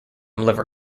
liver